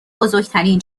بزرگترین